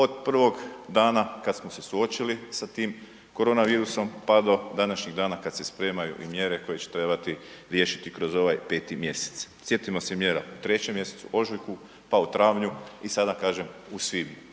od prvog dana kad smo se suočili sa tim koronavirusom pa do današnjeg dana kad se spremaju i mjere koje će trebati riješiti kroz ovaj 5. mjesec. Sjetimo se mjera u 3. mjesecu, ožujku, pa u travnju i sada, kažem, u svibnju.